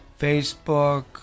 Facebook